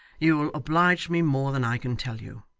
you will oblige me more than i can tell you.